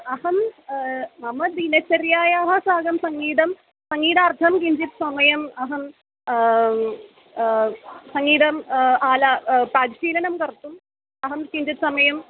अहं मम दिनचर्यायाः साकं सङ्गीतं सङ्गीतार्थं किञ्चित् समयम् अहं सङ्गीतम् आलापाशीलनं कर्तुम् अहं किञ्चित् समयम्